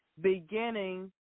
beginning